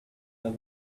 love